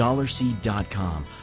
dollarseed.com